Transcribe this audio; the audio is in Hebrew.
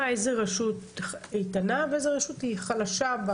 איזה רשות איתנה ואיזו רשות היא חלשה?